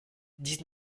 dix